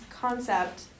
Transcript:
concept